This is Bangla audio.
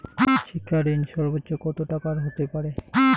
শিক্ষা ঋণ সর্বোচ্চ কত টাকার হতে পারে?